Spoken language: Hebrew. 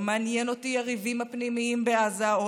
לא מעניינים אותי הריבים הפנימיים בעזה או